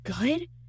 good